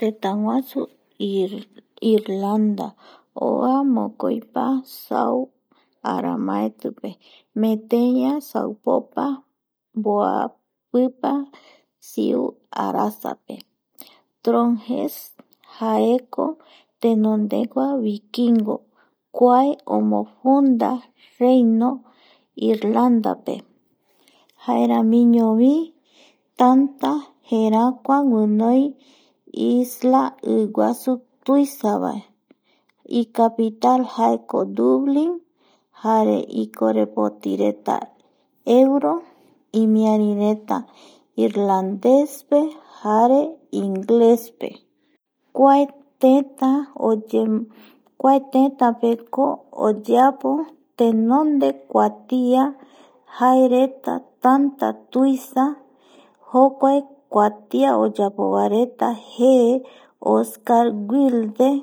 Tëtäguasu Irlanda oa mokoipa sau aramaetipe meteia saupopa mboapipa siu arasape Tronges jaekotenondegua vikingo kua omofunda reino irlandape jaeramiñovi tanta jerakua guinoi isla iguasu tuisavae icapital jaeko Duslin kare ilorepotireta euro imiarireta irlandespe jare inglespe kuae tëta, kuae tëtäpekpo tenonde kuatia jaereta tanta tuisa jokuaekuatia oyapovareta Oscar Wildrel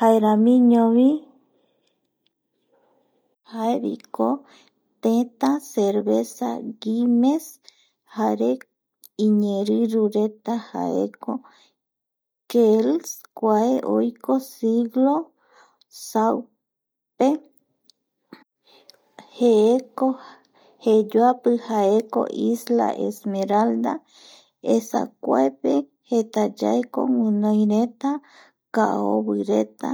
jaeramiño, jaeviko tetä cerveza Gismer jare iñeerirureta jaekokels kua oiko siglo saupe jeeko jeyoapi jeeko isla esmeralda esa kuape jetayaeko guinoireta kaovireta